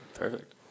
Perfect